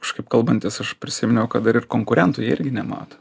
kažkaip kalbantis aš prisiminiau kad dar ir konkurentų jie irgi nemato